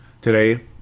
today